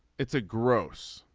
it's a gross